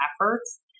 efforts